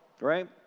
right